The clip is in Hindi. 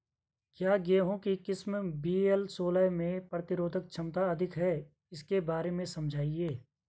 क्या गेहूँ की किस्म वी.एल सोलह में प्रतिरोधक क्षमता अधिक है इसके बारे में समझाइये?